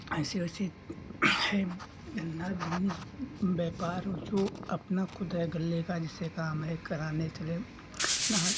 ऐसी ऐसी सब धंधा पानी व्यापर को अपना खुद है गल्ले का जैसे काम हैं कराने चले नहा खा